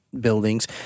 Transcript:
buildings